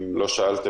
אם לא שאלתם,